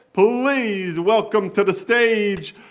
please welcome to the stage